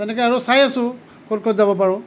তেনেকে আৰু চাই আছোঁ ক'ত ক'ত যাব পাৰোঁ